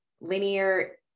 linear